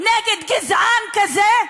נגד גזען כזה,